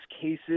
cases